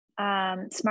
Smart